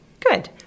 Good